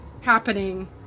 happening